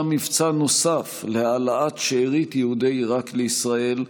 מבצע נוסף להעלאת שארית יהודי עיראק לישראל,